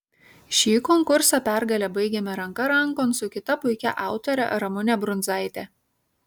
šį konkursą pergale baigėme ranka rankon su kita puikia autore ramune brundzaite